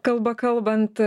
kalba kalbant